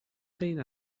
این